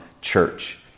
church